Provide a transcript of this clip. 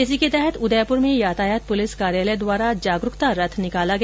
इसी के तहत उदयपुर में यातायात पुलिस कार्यालय द्वारा जागरूकता रथ निकाला गया